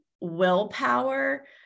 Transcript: willpower